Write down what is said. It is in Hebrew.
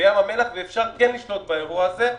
בים המלח ואפשר לשלוט באירוע הזה.